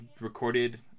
recorded